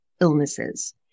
illnesses